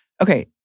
okay